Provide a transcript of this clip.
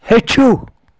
ہیٚچھُو